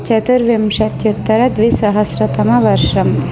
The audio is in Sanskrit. चतुर्विशत्युत्तरद्विसहस्रतमवर्षः